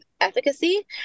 efficacy